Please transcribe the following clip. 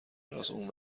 راست، اون